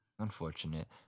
unfortunate